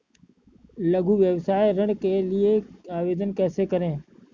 लघु व्यवसाय ऋण के लिए आवेदन कैसे करें?